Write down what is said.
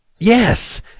Yes